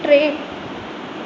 टे